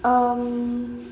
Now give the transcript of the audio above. um